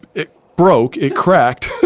it broke, it cracked,